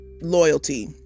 loyalty